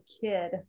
kid